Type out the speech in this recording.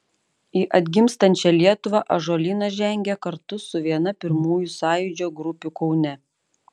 į atgimstančią lietuvą ąžuolynas žengė kartu su viena pirmųjų sąjūdžio grupių kaune